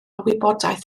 wybodaeth